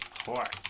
for